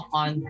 on